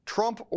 Trump